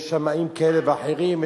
יש שמאים כאלה ואחרים,